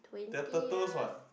they're turtles what